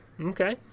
Okay